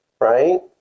right